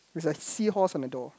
with a seahorse on the door